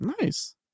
Nice